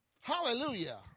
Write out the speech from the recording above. hallelujah